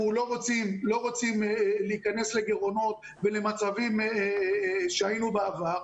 לא רוצים להיכנס לגירעונות ולמצבים שהיינו בעבר,